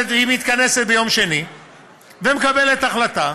היא מתכנסת ביום שני ומקבלת החלטה,